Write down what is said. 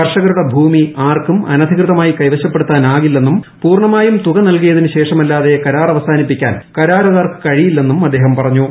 കർഷകരുടെ ഭൂമി ആർക്കും അനധികൃതമായി കൈവശപ്പെടുത്താൻ ആകില്ലെന്നും പൂർണമായും തുക നൽകിയതിനുശേഷം അല്ലാതെ കരാർ അവസാനിപ്പിക്കാൻ കരാറുകാർക്ക് കഴിയില്ലെന്നും അദ്ദേഹം പറഞ്ഞു